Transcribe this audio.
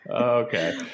Okay